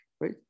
right